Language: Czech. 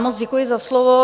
Moc děkuji za slovo.